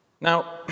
Now